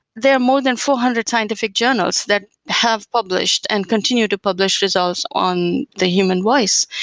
there are more than four hundred scientific journals that have published and continue to publish results on the human voice.